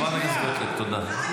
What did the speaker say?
חברת הכנסת גוטליב, תודה.